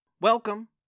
Welcome